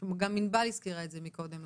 וגם ענבל הזכירה את זה קודם.